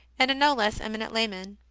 and a no less eminent layman.